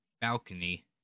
balcony